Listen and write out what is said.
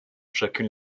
chacune